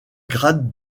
grade